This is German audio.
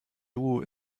duo